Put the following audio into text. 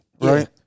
right